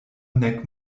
nek